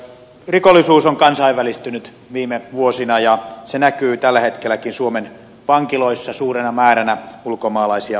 rikollisuus on kansainvälistynyt viime vuosina ja se näkyy tällä hetkelläkin suomen vankiloissa suurena määränä ulkomaalaisia vankeja